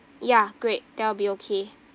ya great that'll be okay